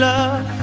Love